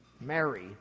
Mary